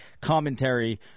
commentary